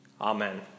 Amen